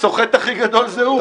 הסוחט הכי גדול זה הוא.